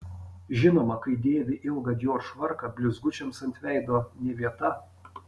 žinoma kai dėvi ilgą dior švarką blizgučiams ant veido ne vieta